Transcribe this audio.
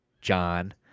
John